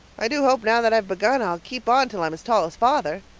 i do hope, now that i've begun, i'll keep on till i'm as tall as father.